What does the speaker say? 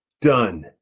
done